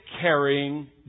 carrying